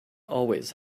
always